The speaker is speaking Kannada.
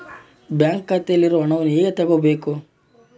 ಬ್ಯಾಂಕ್ ಖಾತೆಯಲ್ಲಿರುವ ಹಣವನ್ನು ಹೇಗೆ ತಗೋಬೇಕು?